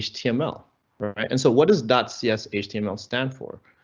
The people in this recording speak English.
html right and so what is dot css html stand for?